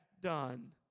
done